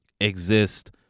exist